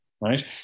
Right